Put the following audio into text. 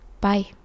Bye